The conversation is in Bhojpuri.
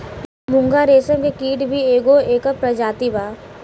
मूंगा रेशम के कीट भी एगो एकर प्रजाति बा